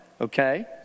okay